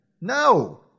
No